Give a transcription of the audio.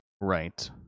Right